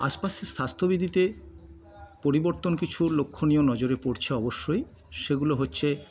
আশপাশের স্বাস্থ্য বিধিতে পরিবর্তন কিছু লক্ষণীয় নজরে পড়ছে অবশ্যই সেগুলো হচ্ছে